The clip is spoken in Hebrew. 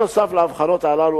נוסף על הבחנות אלה,